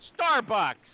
Starbucks